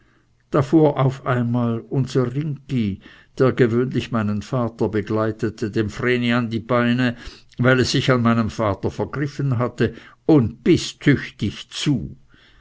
fuhr auf einmal unser ringgi der gewöhnlich meinen vater begleitete dem vreni an die beine weil es sich an meinem vater vergriffen hatte und biß tüchtig zu